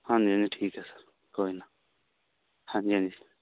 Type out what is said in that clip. ਹਾਂਜੀ ਹਾਂਜੀ ਠੀਕ ਹੈ ਸਰ ਕੋਈ ਨਹੀਂ ਹਾਂਜੀ ਹਾਂਜੀ